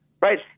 right